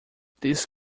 this